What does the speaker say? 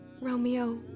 Romeo